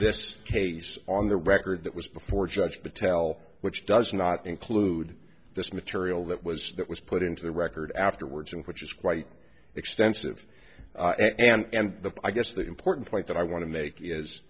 this case on the record that was before judge patel which does not include this material that was that was put into the record afterwards and which is quite extensive and the i guess the important point that i want to make is